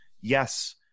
Yes